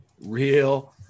real